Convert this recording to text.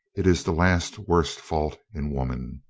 it is the last worst fault in woman.